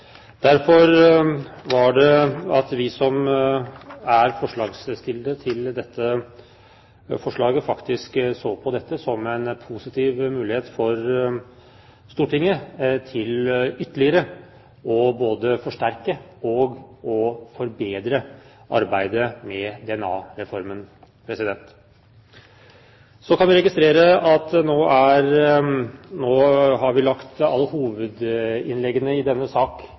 Derfor så vi som er forslagsstillere, på dette som en positiv mulighet for Stortinget til ytterligere å forsterke og forbedre arbeidet med DNA-reformen. Vi kan registrere at vi nå har lagt alle hovedinnleggene i denne